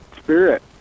Spirit